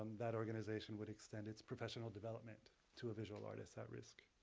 that organization would extend its professional development to a visual artist at-risk.